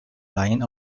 blind